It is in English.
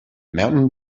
mountain